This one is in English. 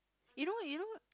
you know you know